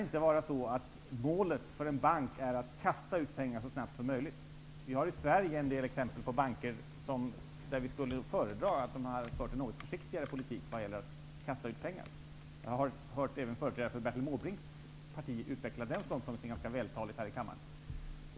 Målet för en bank kan inte vara att kasta ut pengar så snabbt som möjligt. Vi har i Sverige en del exempel där vi skulle ha föredragit att banker hade fört en något försiktigare politik än en som innebar att kasta ut pengar. Jag har också hört företrädare för Bertil Måbrinks parti utveckla den ståndpunkten ganska vältaligt här i kammaren.